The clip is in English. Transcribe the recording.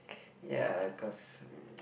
ya cause uh